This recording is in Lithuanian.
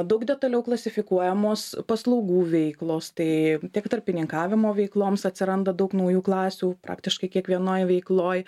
daug detaliau klasifikuojamos paslaugų veiklos tai tiek tarpininkavimo veikloms atsiranda daug naujų klasių praktiškai kiekvienoj veikloj